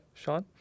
Sean